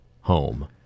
home